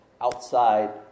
outside